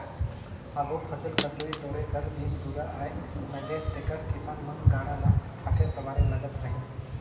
आघु फसिल कर लुए टोरे कर दिन दुरा आए नगे तेकर किसान मन गाड़ा ल ठाठे सवारे लगत रहिन